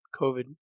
COVID